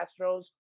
Astros